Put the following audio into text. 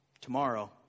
Tomorrow